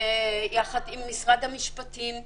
יחד עם משרד המשפטים,